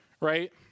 right